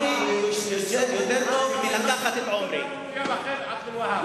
יאללה, כולנו ביחד עבד אל-והב.